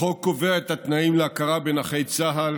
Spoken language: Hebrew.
החוק קובע את התנאים להכרה בנכי צה"ל,